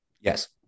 yes